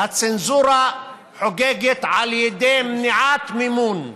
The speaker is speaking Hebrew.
הצנזורה חוגגת על ידי מניעת מימון,